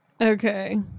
okay